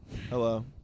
Hello